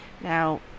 Now